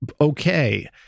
okay